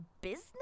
business